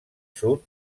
sud